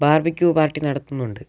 barbecue party നടത്തുന്നുണ്ട്